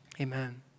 Amen